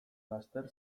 laster